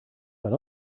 but